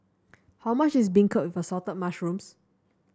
how much is beancurd with Assorted Mushrooms